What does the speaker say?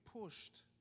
pushed